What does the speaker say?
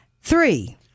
Three